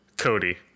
Cody